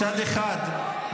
-- מצד אחד,